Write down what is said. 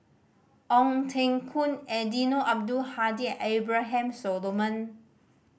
Ong Teng Koon Eddino Abdul Hadi and Abraham Solomon